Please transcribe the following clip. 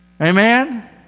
Amen